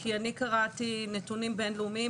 כי אני קראתי נתונים בין-לאומיים,